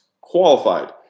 qualified